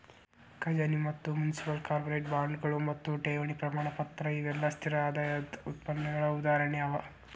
ಖಜಾನಿ ಮತ್ತ municipal, corporate ಬಾಂಡ್ಗಳು ಮತ್ತು ಠೇವಣಿ ಪ್ರಮಾಣಪತ್ರ ಇವೆಲ್ಲಾ ಸ್ಥಿರ ಆದಾಯದ್ ಉತ್ಪನ್ನಗಳ ಉದಾಹರಣೆ ಅವ